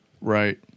Right